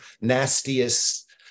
nastiest